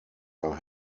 are